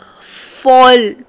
fall